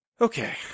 Okay